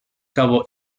cabo